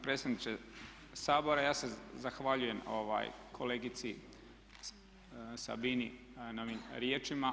predsjedniče Sabora ja se zahvaljujem kolegici Sabini na ovim riječima.